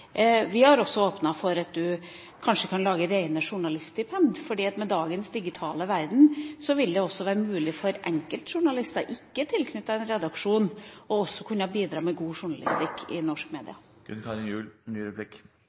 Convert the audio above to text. Vi har også åpnet for at man kanskje kan lage rene journaliststipend, for i dagens digitale verden vil det også være mulig for enkeltjournalister som ikke er tilknyttet en redaksjon, å bidra med god journalistikk i